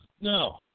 No